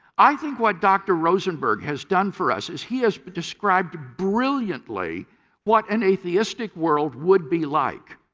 i think what dr. rosenberg has done for us is he has described brilliantly what an atheistic world would be like.